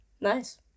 Nice